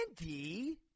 Andy